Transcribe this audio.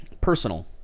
personal